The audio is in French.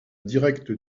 directe